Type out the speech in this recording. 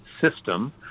system